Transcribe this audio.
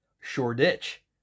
Shoreditch